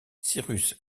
cyrus